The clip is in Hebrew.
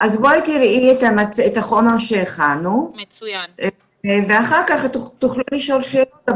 בואי תראי את החומר שהכנו ואחר כך תוכלי לשאול שאלות.